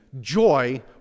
joy